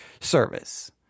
service